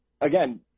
Again